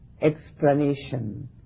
explanation